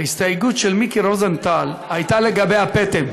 ההסתייגות של מיקי רוזנטל הייתה לגבי הפטם.